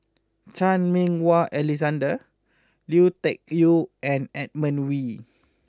Chan Meng Wah Alexander Lui Tuck Yew and Edmund Wee